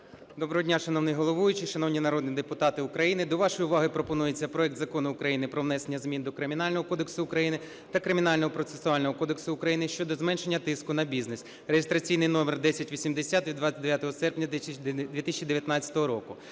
Доброго дня, шановний головуючий, шановні народні депутати України! До вашої уваги пропонується проект Закону України про внесення змін до Кримінального кодексу України та Кримінального процесуального кодексу України щодо зменшення тиску на бізнес (реєстраційний номер 1080 від 29 серпня 2019 року),